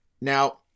Now